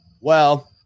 Well-